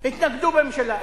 התנגדו בממשלה.